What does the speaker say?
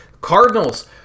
Cardinals